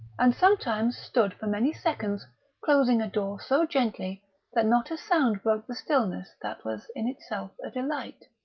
and sometimes stood for many seconds closing a door so gently that not a sound broke the stillness that was in itself a delight.